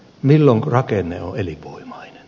milloin rakenne on elinvoimainen